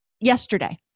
yesterday